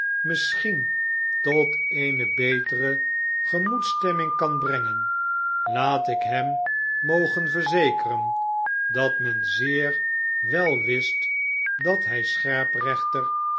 misschien tot eene betere gemoedsstemming kan brengen laat ik hem mogen verzekeren dat men zeer wel wist dat hij